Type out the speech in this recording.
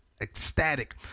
ecstatic